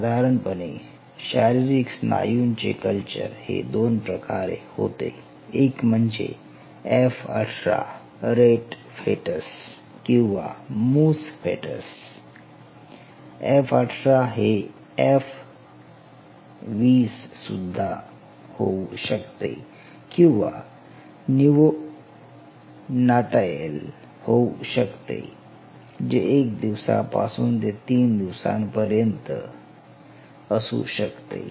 साधारणपणे शारीरिक स्नायूचे कल्चर हे दोन प्रकारे होते एक म्हणजे F18 रेट फेटस किंवा मुस फेटस F18 हे F20 होऊ शकते किंवा निओनाटाएल होऊ शकते जे 1 दिवसापासून ते तीन दिवसांपर्यंत असु शकते